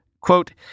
Quote